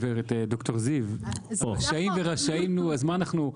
ד"ר זיו, רשאים ורשאים, נו, אז מה אנחנו?